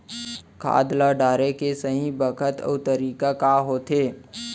खाद ल डाले के सही बखत अऊ तरीका का होथे?